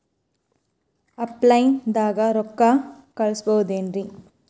Offline ದಾಗ ರೊಕ್ಕ ಕಳಸಬಹುದೇನ್ರಿ?